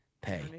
pay